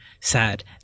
sad